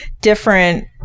different